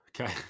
Okay